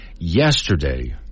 Yesterday